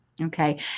Okay